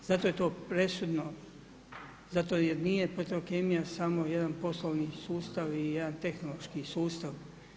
Zato je to presudno, zar jer nije Petrokemija samo jedan poslovni sustav i jedan tehnološki sustav.